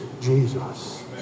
Jesus